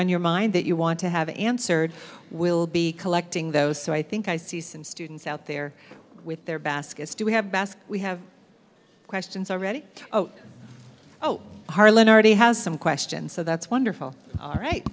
on your mind that you want to have answered we'll be collecting those so i think i see some students out there with their baskets do we have basket we have questions already oh harlan already has some questions so that's wonderful all right